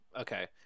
okay